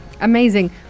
amazing